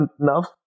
enough